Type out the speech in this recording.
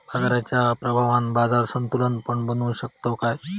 बाजाराच्या प्रभावान बाजार संतुलन पण बनवू शकताव काय?